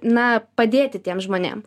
na padėti tiem žmonėm